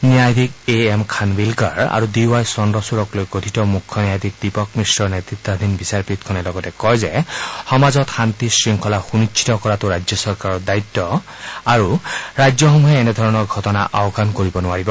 ন্যায়াধীশ A M Khanwilkar আৰু D Y চন্দ্ৰচড়ৰকলৈ গঠিত মুখ্য ন্যায়াধীশ দীপক মিশ্ৰ নেতৃতাধীন বিচাৰপীঠখনে লগতে কয় যে সমাজত শান্তি শৃংখলা সুনিশ্চিত কৰাটো ৰাজ্য চৰকাৰৰ দায়িত্ব আৰু ৰাজ্যসমূহে এনে ধৰণৰ ঘটনা আওকাণ কৰিব নোৱাৰিব